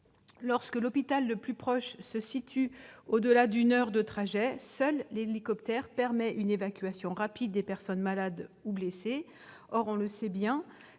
Lorsque l'hôpital le plus proche se situe au-delà d'une heure de trajet, seul l'hélicoptère permet une évacuation rapide des personnes malades ou blessées. Or, on le sait bien,